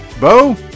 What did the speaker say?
Bo